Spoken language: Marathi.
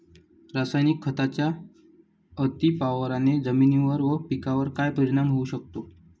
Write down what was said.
रासायनिक खतांच्या अतिवापराने जमिनीवर व पिकावर काय परिणाम होऊ शकतो?